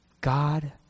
God